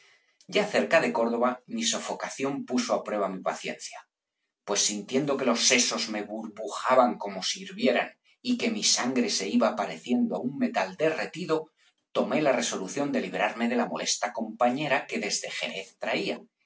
ya cerca de córdoba mi sofocación puso á prueba mi paciencia pues sintiendo que los sesos me burbujaban como si hirvieran y que mi sangre se iba pareciendo á un metal derretido tomé la resolución de librarme de la molesta compañera que desde jerez traía